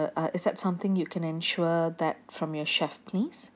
uh is that something you can ensure that from your chef please